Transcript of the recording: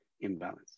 imbalance